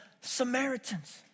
Samaritans